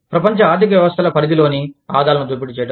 ప్రపంచ ఆర్థిక వ్యవస్థల పరిధి లోని ఆదాలను దోపిడీ చేయడం